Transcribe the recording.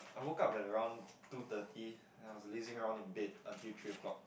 I woke up at around two thirty and I was lazing around in bed until three o-clock